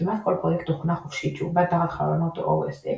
כמעט כל פרויקט תוכנה חופשית שעובד תחת חלונות או OS X,